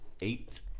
Eight